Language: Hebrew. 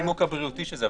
זה הנימוק הבריאותי של זה.